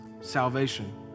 salvation